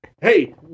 hey